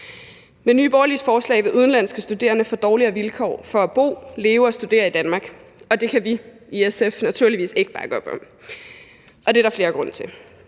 Med Nye Borgerliges forslag vil udenlandske studerende få dårligere vilkår for at bo, leve og studere i Danmark. Det kan vi i SF naturligvis ikke bakke op om, og det er der flere grunde til.